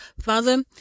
Father